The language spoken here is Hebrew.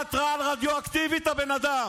מכונת רעל רדיואקטיבית הבן אדם,